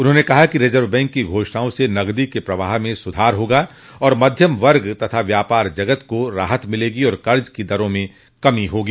उन्होंने कहा कि रिजर्व बैंक की घोषणाओं से नगदी के प्रवाह में सुधार होगा तथा मध्यम वर्ग और व्यापार जगत को राहत मिलेगी और कर्ज को दरों में कमी होगी